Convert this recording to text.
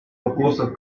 вопросов